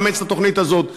לאמץ את התוכנית הזאת,